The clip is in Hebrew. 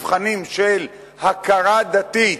המבחנים של הכרה דתית,